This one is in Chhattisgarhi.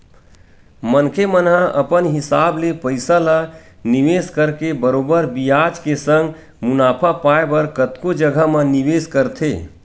मनखे मन ह अपन हिसाब ले पइसा ल निवेस करके बरोबर बियाज के संग मुनाफा पाय बर कतको जघा म निवेस करथे